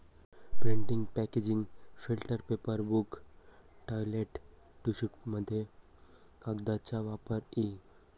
printing packaging filter paper book toilet टिश्यूमध्ये कागदाचा वापर इ